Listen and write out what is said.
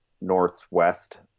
Northwest